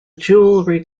jewellery